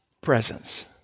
presence